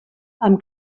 amb